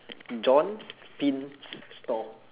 john pins store